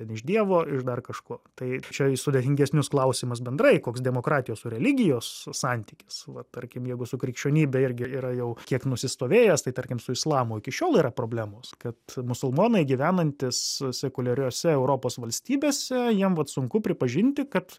ten iš dievo iš dar kažko tai čia į sudėtingesnius klausimas bendrai koks demokratijos ir religijos santykis va tarkim jeigu su krikščionybe irgi yra jau kiek nusistovėjęs tai tarkim su islamu iki šiol yra problemos kad musulmonai gyvenantys sekuliariose europos valstybėse jiem vat sunku pripažinti kad